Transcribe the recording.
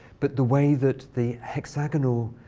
but the way that the hexagonal